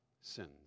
sins